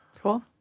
Cool